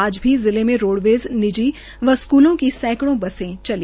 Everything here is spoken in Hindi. आज भी जिले में रोडवेज़ निजी व स्कूलों की सैकड़ो बसें चली